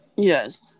Yes